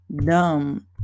dumb